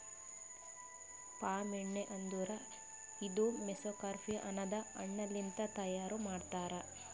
palm ಎಣ್ಣಿ ಅಂದುರ್ ಇದು ಮೆಸೊಕಾರ್ಪ್ ಅನದ್ ಹಣ್ಣ ಲಿಂತ್ ತೈಯಾರ್ ಮಾಡ್ತಾರ್